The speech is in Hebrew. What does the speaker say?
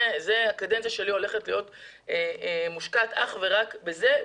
הקדנציה שלי הולכת להיות מושקעת אך ורק בזה,